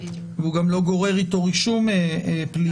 והוא גם לא גורר אתו רישום פלילי.